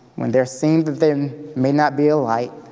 when there seems that there may not be a light,